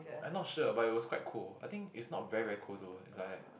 I not sure but it was quite cool I think it's not very very cool though it's like